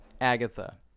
Agatha